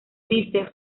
dice